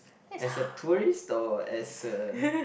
as a tourist or as a